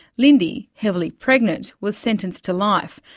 lindy, heavily pregnant, was sentenced to life,